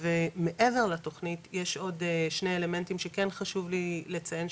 ומעבר לתוכנית יש עוד שני אלמנטים שכן חשוב לי לציין,